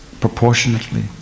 proportionately